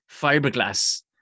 fiberglass